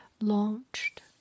launched